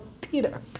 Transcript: Peter